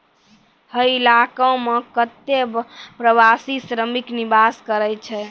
हय इलाको म कत्ते प्रवासी श्रमिक निवास करै छै